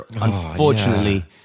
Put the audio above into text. unfortunately